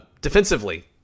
Defensively